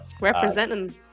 Representing